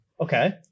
okay